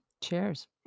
cheers